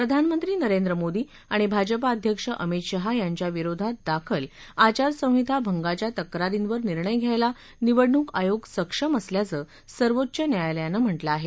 प्रधानमंत्री नरेंद्र मोदी आणि भाजपा अध्यक्ष अमित शहा यांच्याविरोधात दाखल आचारसंहिता भंगाच्या तक्रारींवर निर्णय घ्यायला निवडणूक आयोग सक्षम असल्याचं सर्वोच्च न्यायालयानं म्हा कें आहे